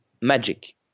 magic